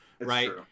right